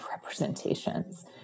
representations